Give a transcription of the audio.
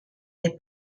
n’est